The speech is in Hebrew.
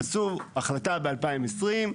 עשו החלטה ב-2020,